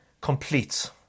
complete